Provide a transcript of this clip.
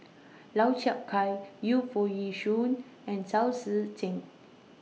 Lau Chiap Khai Yu Foo Yee Shoon and Chao Tzee Cheng